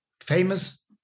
famous